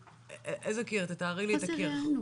איזה קיר, תתארי לי איזה קיר.